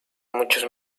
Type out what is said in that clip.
muchos